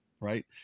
right